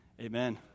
Amen